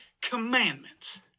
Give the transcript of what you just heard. commandments